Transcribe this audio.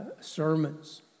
sermons